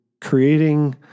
creating